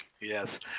Yes